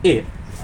eh